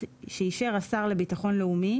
שאישר השר לביטחון לאומי